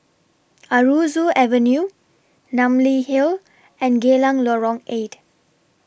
Aroozoo Avenue Namly Hill and Geylang Lorong eight